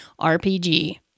RPG